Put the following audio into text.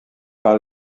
par